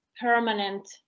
permanent